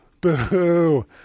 Boo